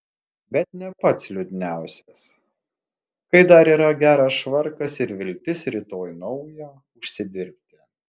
bet ne pats liūdniausias kai dar yra geras švarkas ir viltis rytoj naują užsidirbti